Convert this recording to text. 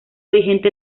vigente